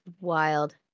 wild